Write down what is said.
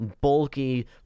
bulky